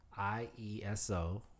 IESO